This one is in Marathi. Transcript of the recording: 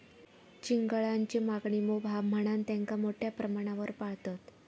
चिंगळांची मागणी मोप हा म्हणान तेंका मोठ्या प्रमाणावर पाळतत